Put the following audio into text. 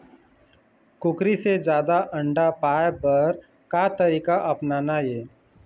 कुकरी से जादा अंडा पाय बर का तरीका अपनाना ये?